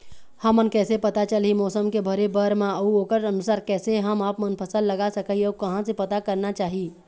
हमन कैसे पता चलही मौसम के भरे बर मा अउ ओकर अनुसार कैसे हम आपमन फसल लगा सकही अउ कहां से पता करना चाही?